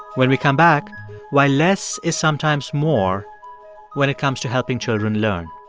when we come back why less is sometimes more when it comes to helping children learn.